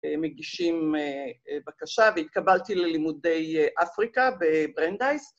מגישים בקשה, והתקבלתי ללימודי אפריקה ב-Brandeis